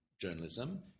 journalism